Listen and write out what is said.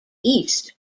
east